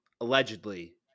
allegedly